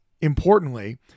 Importantly